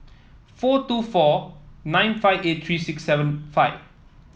four two four nine five eight three six seven five